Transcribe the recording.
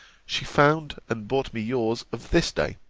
she found and brought me yours of this day.